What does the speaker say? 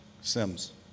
Sims